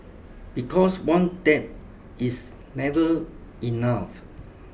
because one dab is never enough